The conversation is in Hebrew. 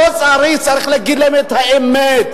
צריך להגיד להן את האמת.